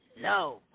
No